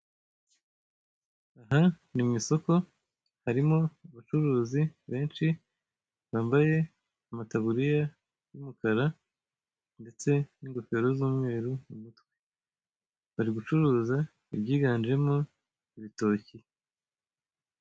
Aha ni mu isoko harimo abacuruzi benshi bambaye amataburiya y'umukara ndetse n'ingofero z'umweru, barigucuruza ibyiganjemo ibitoki.